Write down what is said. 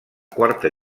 quarta